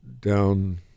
down